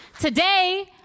Today